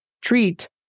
treat